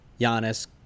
Giannis